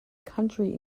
country